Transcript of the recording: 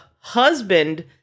husband